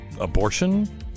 Abortion